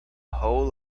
hull